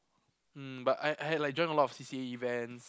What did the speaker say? mm but I I had like join a lot of C_C_A events